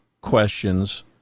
questions